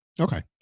Okay